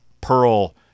Pearl